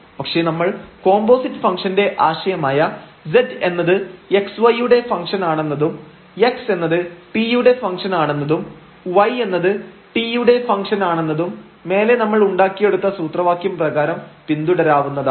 പക്ഷേ നമ്മൾ കോമ്പോസിറ്റ് ഫംഗ്ഷൻറെ ആശയമായ z എന്നത് xy യുടെ ഫംഗ്ഷൻആണെന്നതും x എന്നത് t യുടെ ഫംഗ്ഷൻആണെന്നതും y എന്നത് t യുടെ ഫംഗ്ഷൻആണെന്നതും മേലെ നമ്മൾ ഉണ്ടാക്കിയെടുത്ത സൂത്രവാക്യം പ്രകാരം പിന്തുടരാവുന്നതാണ്